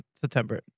September